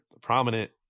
prominent